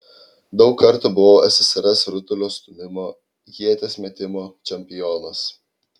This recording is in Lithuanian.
daug kartų buvau ssrs rutulio stūmimo ieties metimo čempionas